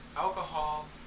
alcohol